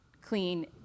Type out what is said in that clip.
clean